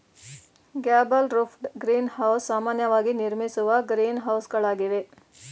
gable roofed greenhouse ಸಾಮಾನ್ಯವಾಗಿ ನಿರ್ಮಿಸುವ ಗ್ರೀನ್ಹೌಸಗಳಾಗಿವೆ